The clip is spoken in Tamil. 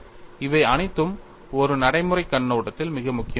இவை அனைத்தும் ஒரு நடைமுறைக் கண்ணோட்டத்தில் மிக முக்கியமானவை